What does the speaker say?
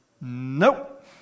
Nope